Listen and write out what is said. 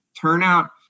Turnout